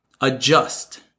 adjust